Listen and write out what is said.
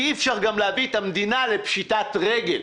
כי אי אפשר להביא את המדינה לפשיטת רגל.